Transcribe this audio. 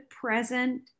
present